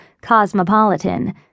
Cosmopolitan